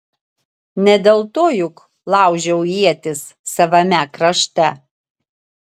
ne dėl to juk laužiau ietis savame krašte